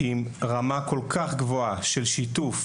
עם רמה כל כך גבוהה של שיתוף